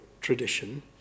tradition